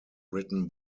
written